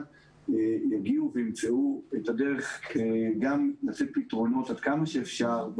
יגיעו וימצאו את הדרך גם לתת פתרונות עד כמה שאפשר.